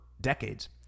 decades